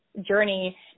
journey